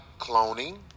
cloning